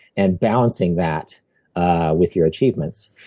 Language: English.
and balancing that with your achievements.